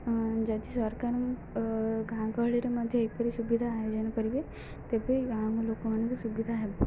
ଯଦି ସରକାର ଗାଁ ଗହଳିରେ ମଧ୍ୟ ଏହିପରି ସୁବିଧା ଆୟୋଜନ କରିବେ ତେବେ ଗାଁ ଲୋକମାନଙ୍କୁ ସୁବିଧା ହେବ